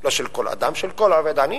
לא של כל אדם, של כל עובד עני,